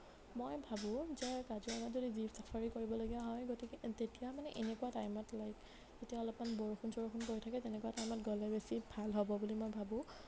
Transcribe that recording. মই ভাবোঁ যে কাজিৰঙাত যদি জীপ ছাফাৰী কৰিবলগীয়া হয় গতিকে তেতিয়া মানে এনেকুৱা টাইমত লৈ তেতিয়া অলপমান বৰষুণ চৰষুণ গৈ থাকে তেনেকুৱা টাইমত গ'লে বেছি ভাল হ'ব বুলি মই ভাবোঁ